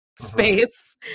space